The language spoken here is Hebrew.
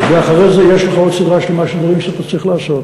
ואחרי זה יש לך עוד סדרה שלמה של דברים שאתה צריך לעשות.